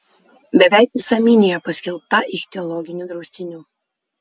beveik visa minija paskelbta ichtiologiniu draustiniu